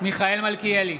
מיכאל מלכיאלי,